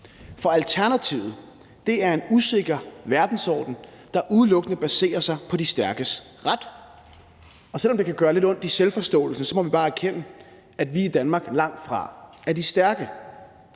For alternativet er en usikker verdensorden, der udelukkende baserer sig på de stærkes ret, og selv om det kan gøre lidt ondt i selvforståelsen, må vi bare erkende, at vi i Danmark langtfra er de stærke.